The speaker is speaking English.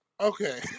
Okay